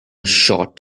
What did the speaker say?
short